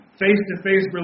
face-to-face